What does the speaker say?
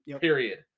Period